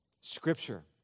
Scripture